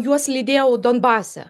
juos lydėjau donbase